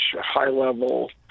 high-level